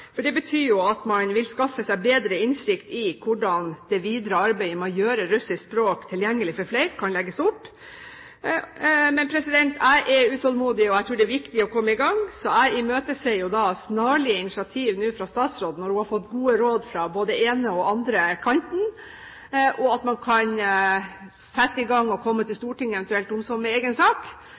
for det betyr jo at man vil skaffe seg bedre innsikt i hvordan det videre arbeidet med å gjøre russisk språk tilgjengelig for flere kan legges opp. Men jeg er utålmodig, og jeg tror det er viktig å komme i gang. Jeg imøteser snarlig initiativ fra statsråden, når hun har fått gode råd både fra den ene og den andre kanten, slik at man kan sette i gang og komme til Stortinget eventuelt med en egen sak